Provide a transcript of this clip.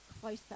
closer